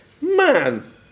Man